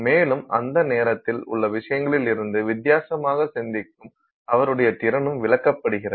மேலும் அந்த நேரத்தில் உள்ள விஷயங்களிருந்து வித்தியாசமாக சிந்திக்கும் அவருடைய திறனும் விளக்கப்படுகிறது